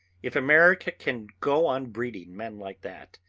if america can go on breeding men like that,